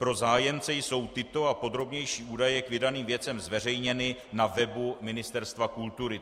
Pro zájemce jsou tyto a podrobnější údaje k vydaným věcem zveřejněny na webu Ministerstva kultury.